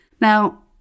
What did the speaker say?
Now